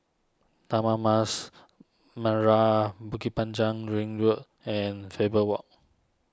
Taman Mas Merah Bukit Panjang Ring Road and Faber Walk